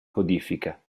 codifica